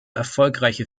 erfolgreiche